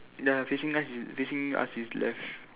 ya facing facing us is left